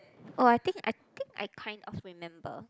oh I think I think I kind of remember